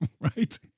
Right